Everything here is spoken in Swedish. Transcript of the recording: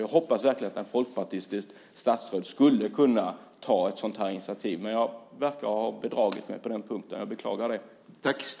Jag hoppades verkligen att ett folkpartistiskt statsråd skulle kunna ta ett sådant initiativ. Men jag verkar ha bedragit mig på den punkten. Jag beklagar det.